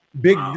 Big